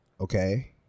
okay